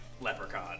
leprechaun